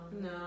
No